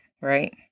right